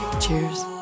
cheers